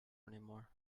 anymore